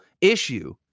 issue